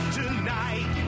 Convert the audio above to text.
tonight